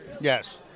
yes